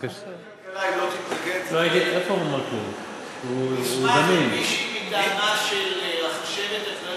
יש לפעמים "טרם", תלוי מי שעושה את זה,